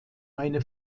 eine